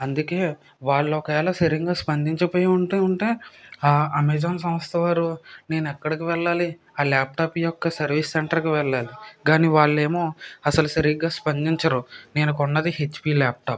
అందుకే వాళ్ళు ఒకవేళ సరిగా స్పందించిపోయి ఉండి ఉంటే ఆ అమెజాన్ సంస్థ వారు నేను ఎక్కడికి వెళ్లాలి ఆ ల్యాప్టాప్ యొక్క సర్వీస్ సెంటర్కు వెళ్ళాలి కానీ వాళ్ళేమో అసలు సరిగ్గా స్పందించరు నేను కొన్నది హెచ్పి ల్యాప్టాప్